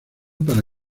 para